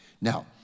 Now